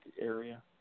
area